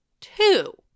Two